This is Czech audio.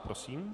Prosím.